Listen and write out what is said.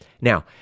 Now